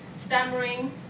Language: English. stammering